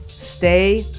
Stay